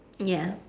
ya